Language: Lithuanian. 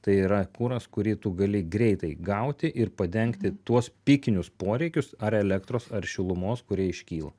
tai yra kuras kurį tu gali greitai gauti ir padengti tuos pikinius poreikius ar elektros ar šilumos kurie iškyla